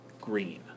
green